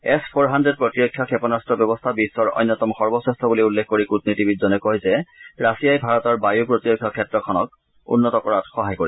S four হাড়েড প্ৰতিৰক্ষা ক্ষেপণান্ত্ৰ ব্যৱস্থা বিশ্বৰ অন্যতম সৰ্বশ্ৰেষ্ঠ বুলি উল্লেখ কৰি কূটনীতিবিদজনে কয় যে ৰাছিয়াই ভাৰতৰ বায়ু প্ৰতিৰক্ষা ক্ষেত্ৰখনক উন্নত কৰাত সহায় কৰিব